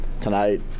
tonight